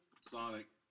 Sonic